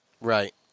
Right